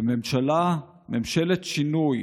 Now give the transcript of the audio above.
וממשלה, ממשלת שינוי